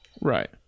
Right